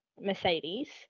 Mercedes